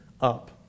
up